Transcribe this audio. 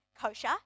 kosher